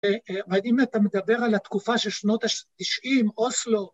‫האם אתה מדבר על התקופה ‫של שנות ה-90, אוסלו?